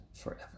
forever